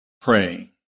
praying